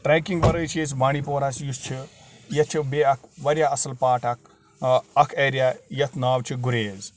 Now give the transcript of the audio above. trekking وَرٲے چھِ أسۍ بانڈی پوراہَس یُس چھِ ییٚتہِ چھِ بیٚیہِ اَکھ واریاہ اَصٕل پارٹ اَکھ اَکھ ایریا یَتھ ناو چھِ گُریز